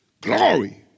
glory